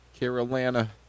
Carolina